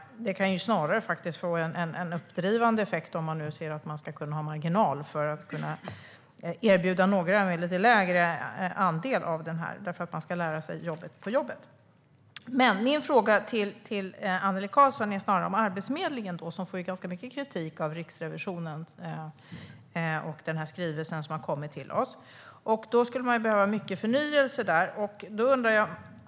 Det kan snarare faktiskt få en uppdrivande effekt om man nu ser att man ska kunna ha marginal för att erbjuda några en lite lägre andel av lönen för att lära sig jobbet på jobbet. Min fråga till Annelie Karlsson gäller dock snarare Arbetsförmedlingen, som får ganska mycket kritik av Riksrevisionen i den skrivelse som har kommit till oss. Det skulle behövas mycket förnyelse där.